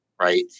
Right